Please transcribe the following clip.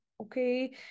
okay